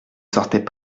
sortait